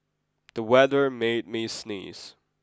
the weather made me sneeze